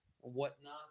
whatnot